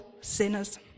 sinners